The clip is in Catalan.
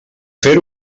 fer